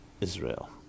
Israel